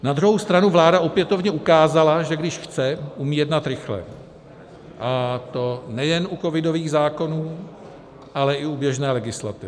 Na druhou stranu vláda opětovně ukázala, že když chce, umí jednat rychle, a to nejen u covidových zákonů, ale i u běžné legislativy.